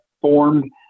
formed